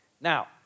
now